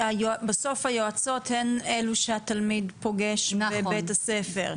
בסוף היועצות הן אלו שהתלמיד פוגש בבית הספר.